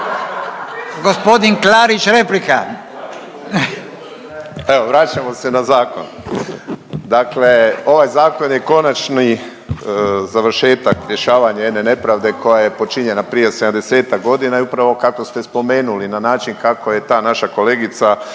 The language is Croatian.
gospodin Klarić replika.